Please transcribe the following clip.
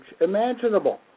imaginable